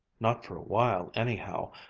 not for a while, anyhow.